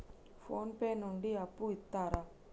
Phone pay నుండి అప్పు ఇత్తరా?